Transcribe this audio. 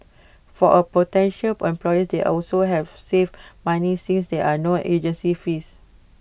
for A potential employers they can also save money since there are no agency fees